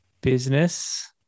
business